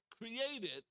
created